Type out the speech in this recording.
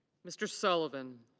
mr. sullivan.